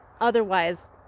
Otherwise